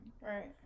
Right